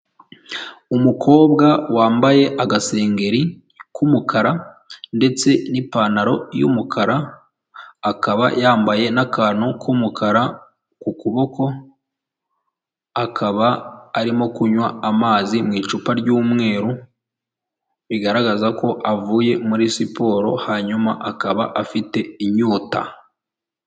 Umukobwa wambaye agasengeri k'umukara ndetse n'ipantaro y'umukara, akaba yambaye n'akantu k'umukara ku kuboko, akaba arimo kunywa amazi mu icupa ry'umweru, bigaragaza ko avuye muri siporo, hanyuma akaba afite inyota.